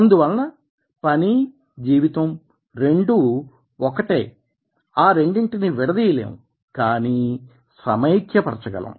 అందువలన పనీ జీవితం రెండూ ఒకటే ఆ రెండింటిని విడదీయలేము కానీ సమైక్య పరచగలం